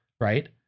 right